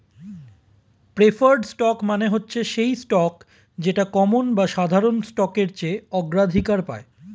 preferred stock মানে হচ্ছে সেই স্টক যেটা কমন বা সাধারণ স্টকের চেয়ে অগ্রাধিকার পায়